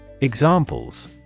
Examples